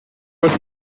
was